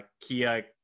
Kia